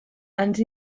ens